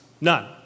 None